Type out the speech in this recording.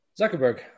Zuckerberg